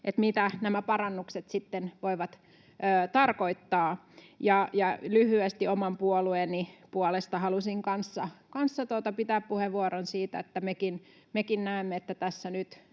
mitä nämä parannukset sitten voivat tarkoittaa. Lyhyesti oman puolueeni puolesta halusin kanssa pitää puheenvuoron siitä, että mekin näemme, että tässä nyt